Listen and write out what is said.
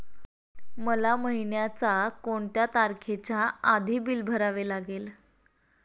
मला महिन्याचा कोणत्या तारखेच्या आधी बिल भरावे लागेल?